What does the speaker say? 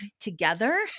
together